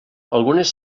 algunes